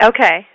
Okay